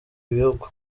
bihugu